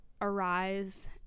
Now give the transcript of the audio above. arise